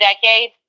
decade